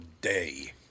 day